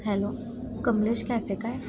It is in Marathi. हॅलो कमलेश कॅफे काय